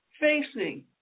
facing